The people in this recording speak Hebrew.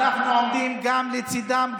אנחנו עומדים גם לצידם,